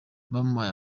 bampaye